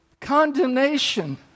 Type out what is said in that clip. condemnation